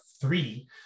three